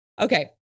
Okay